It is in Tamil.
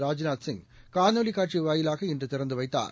ராஜ்நாத் சிங் காணொலிக் காட்சிவாயிலாக இன்றுதிறந்துவைத்தார்